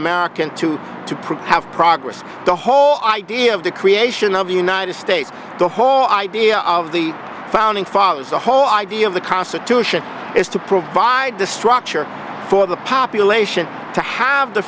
progress the whole idea of the creation of the united states the whole idea of the founding fathers the whole idea of the constitution is to provide the structure for the population to have the